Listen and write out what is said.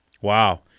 Wow